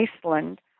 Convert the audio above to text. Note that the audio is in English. Iceland